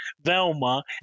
Velma